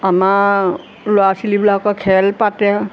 আমাৰ ল'ৰা ছোৱালীবিলাকৰ খেল পাতে